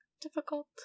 difficult